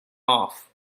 off